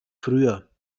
früher